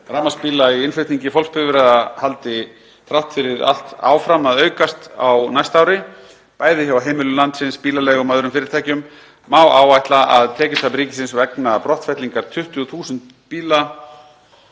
þeirra í innflutningi fólksbifreiða haldi þrátt fyrir það áfram að aukast á næsta ári, bæði hjá heimilum landsins, bílaleigum og öðrum fyrirtækjum, má áætla að tekjutap ríkisins vegna brottfellingar á 20.000 bíla